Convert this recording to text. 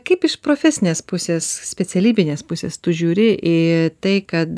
kaip iš profesinės pusės specialybinės pusės tu žiūri į tai kad